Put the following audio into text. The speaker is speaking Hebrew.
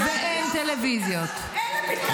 --- הוא היה רץ למורה לספר מי העתיק במבחן.